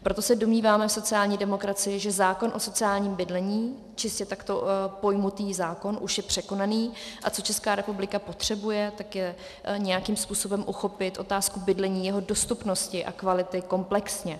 Proto se domníváme v sociální demokracii, že zákon o sociálním bydlení, čistě takto pojatý zákon, už je překonaný, a co Česká republika potřebuje, tak je nějakým způsobem uchopit otázku bydlení, jeho dostupnosti a kvality komplexně.